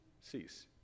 cease